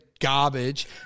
garbage